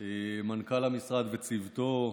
מנכ"ל המשרד וצוותו,